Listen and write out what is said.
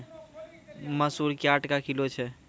मसूर क्या टका किलो छ?